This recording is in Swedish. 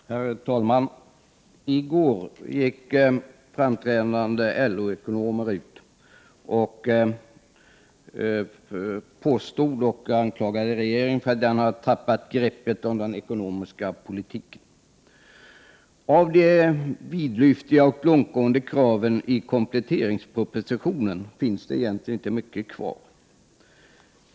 Herr talman! I går gick framträdande LO-ekonomer ut och anklagade regeringen för att ha tappat greppet om den ekonomiska politiken. Av de vidlyftiga och långtgående kraven i kompletteringspropositionen finns det egentligen inte mycket kvar.